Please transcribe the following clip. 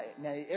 now